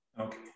Okay